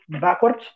backwards